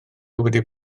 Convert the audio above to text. wedi